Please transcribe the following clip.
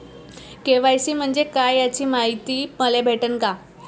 KYC म्हंजे काय याची मायती मले भेटन का?